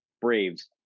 Braves